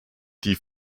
die